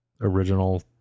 original